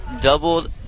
doubled